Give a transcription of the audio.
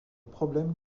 problèmes